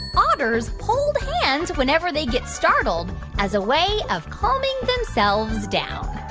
otters hold hands whenever they get startled as a way of calming themselves down?